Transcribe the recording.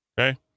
okay